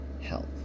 health